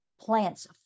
plants